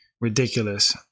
Ridiculous